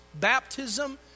baptism